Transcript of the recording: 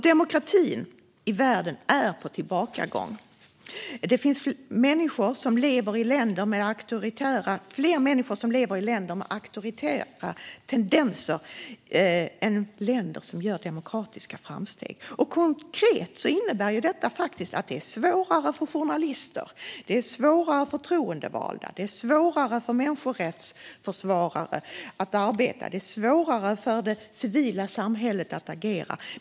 Demokratin i världen är på tillbakagång. Fler människor lever i länder med auktoritära tendenser än i länder som gör demokratiska framsteg. Konkret innebär detta att det är svårare för journalister, förtroendevalda och människorättsförsvarare att arbeta och svårare för det civila samhället att agera.